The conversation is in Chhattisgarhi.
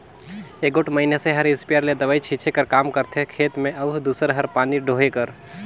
एगोट मइनसे हर इस्पेयर ले दवई छींचे कर काम करथे खेत में अउ दूसर हर पानी डोहे कर